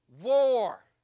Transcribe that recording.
War